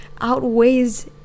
outweighs